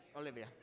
Olivia